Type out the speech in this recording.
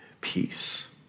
peace